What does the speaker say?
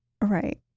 right